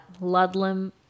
Ludlam